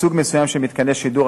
סוג מסוים של מתקני שידור,